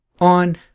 On